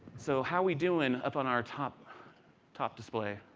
so how we do in of on our top top display?